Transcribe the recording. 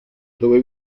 dove